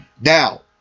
now